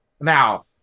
Now